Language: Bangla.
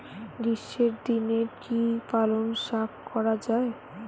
গ্রীষ্মের দিনে কি পালন শাখ করা য়ায়?